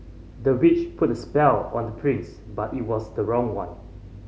the witch put a spell on the prince but it was the wrong one